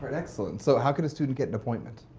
excellent. so how could a student get an appointment?